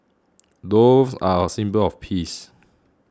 doves are a symbol of peace